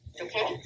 Okay